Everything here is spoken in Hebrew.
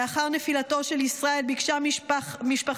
לאחר נפילתו של ישראל ביקשה משפחתו